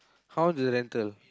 how the dental